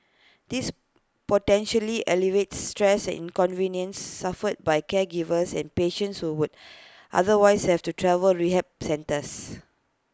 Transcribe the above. this potentially alleviates stress and inconvenience suffered by caregivers and patients who would otherwise have to travel rehab centres